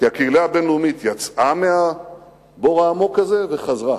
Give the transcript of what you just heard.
כי הקהילה הבין-לאומית יצאה מהבור העמוק הזה וחזרה.